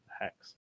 hex